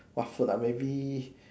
what food ah maybe